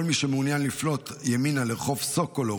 כל מי שמעוניין לפנות ימינה לרחוב סוקולוב